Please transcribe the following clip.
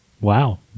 wow